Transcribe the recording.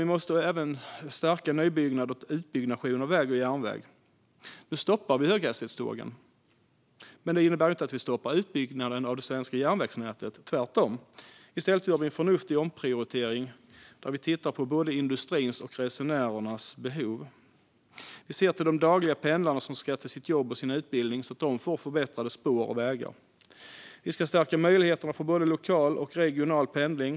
Vi måste även stärka ny och utbyggnationen av väg och järnväg. Nu stoppar vi höghastighetstågen. Men det innebär inte att vi stoppar utbyggnaden av det svenska järnvägsnätet - tvärtom. I stället gör vi en förnuftig omprioritering där vi tittar på både industrins och resenärernas behov. Vi ser till de dagliga pendlarna som ska till jobb och utbildning så att de får förbättrade spår och vägar. Vi ska stärka möjligheterna för både lokal och regional pendling.